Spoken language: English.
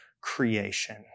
creation